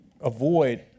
avoid